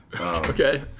Okay